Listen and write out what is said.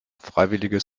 freiwilliges